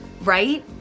right